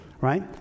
right